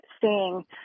seeing